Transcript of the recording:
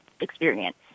experience